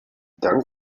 dank